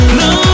no